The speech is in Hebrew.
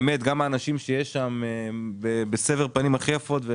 האנשים שם מקבלים את העולים בסבר פנים הכי יפות.